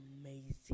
amazing